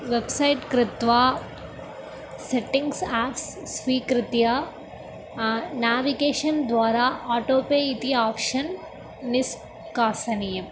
website कृत्वा settings apps स्वीकृत्य navigation द्वारा आटो पे इति आप्शन् निष्कासनीयम्